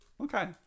okay